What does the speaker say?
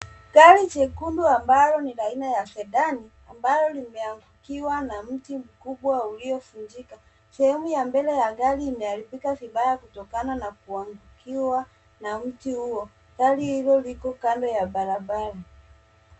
Gari jekundu ambalo ni la aina ya sedani ambalo limeangukiwa na mti mkubwa uliovunjika. Sehemu ya mbele ya gari imeharibika vibaya kutokana na kuangukiwa na mti huo. Gari hilo liko kando ya barabara.